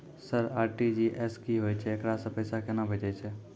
Sir RTGS की होय छै, एकरा से पैसा केना भेजै छै?